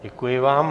Děkuji vám.